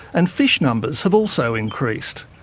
and fish numbers have also increased.